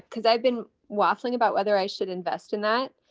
cause i've been waffling about whether i should invest in that.